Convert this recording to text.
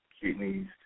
kidneys